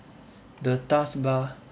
the taskbar